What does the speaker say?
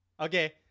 Okay